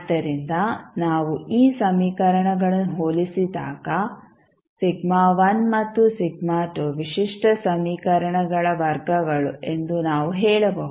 ಆದ್ದರಿಂದ ನಾವು ಈ ಸಮೀಕರಣಗಳನ್ನು ಹೋಲಿಸಿದಾಗ ಮತ್ತು ವಿಶಿಷ್ಟ ಸಮೀಕರಣಗಳ ವರ್ಗಗಳು ಎಂದು ನಾವು ಹೇಳಬಹುದು